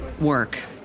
work